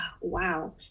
wow